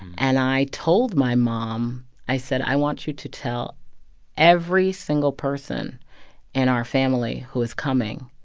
and i told my mom i said i want you to tell every single person in our family who is coming.